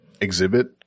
exhibit